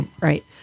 right